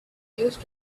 used